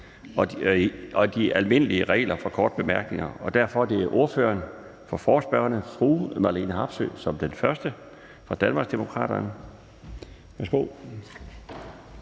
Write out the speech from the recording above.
og de almindelige regler for korte bemærkninger, og derfor er det ordføreren for forespørgerne, fru Marlene Harpsøe fra Danmarksdemokraterne, som